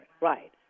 Right